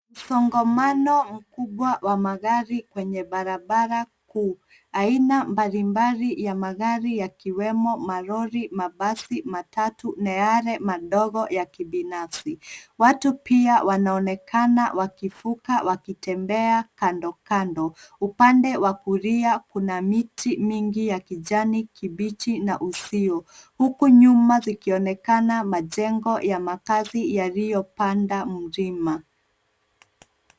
Msongamano mkubwa wa magari kwenye barabara kuu. Aina mbalimbali ya magari yakiwemo malori, mabasi, matatu na yale madogo ya kibinafsi. Watu pia wanaonekana wakivuka wakitembea kando kando. Upande wa kulia kuna miti mingi ya kijani kibichi na uzio huku nyuma zikionekana majengo ya makazi yaliyopanda mlima.